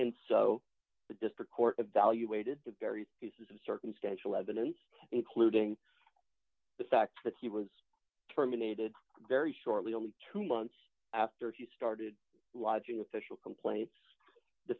and district court evaluated the various pieces of circumstantial evidence including the fact that he was terminated very shortly only two months after he started lodging official complaint the